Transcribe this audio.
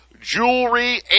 jewelry